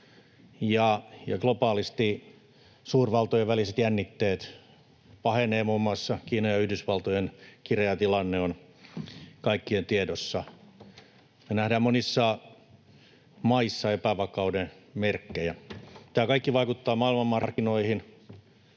globaalisti suurvaltojen väliset jännitteet pahenevat. Muun muassa Kiinan ja Yhdysvaltojen kireä tilanne on kaikkien tiedossa. Me nähdään monissa maissa epävakauden merkkejä. Tämä kaikki vaikuttaa maailmanmarkkinoihin,